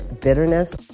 bitterness